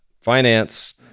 Finance